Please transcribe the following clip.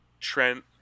Trent